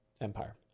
Empire